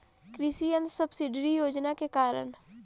कृषि यंत्र सब्सिडी योजना के कारण?